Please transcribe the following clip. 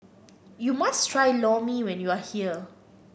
you must try Lor Mee when you are here